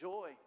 Joy